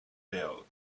bill